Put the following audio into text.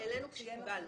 מהיום